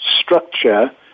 structure